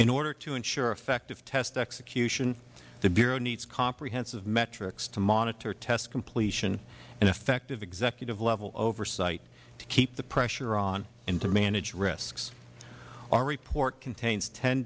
in order to ensure effective test execution the bureau needs comprehensive metrics to monitor test completion and effective executive level oversight to keep the pressure on and to manage risks our report contains ten